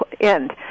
end